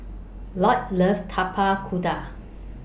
Lloyd loves Tapak Kuda